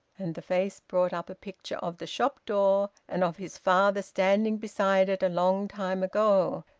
and the face brought up a picture of the shop door and of his father standing beside it, a long time ago.